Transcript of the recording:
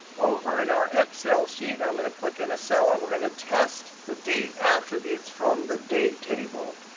over in our excel sheet, i'm going to click in a cell, and we're going to test the date attributes from the date table.